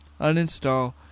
Uninstall